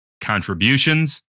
contributions